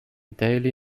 daily